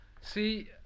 See